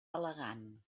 elegant